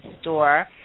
store